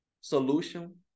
solution